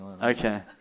Okay